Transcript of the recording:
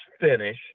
finish